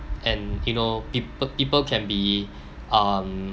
and you know people people can be um